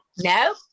No